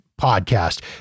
podcast